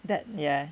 that ya